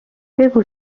بگو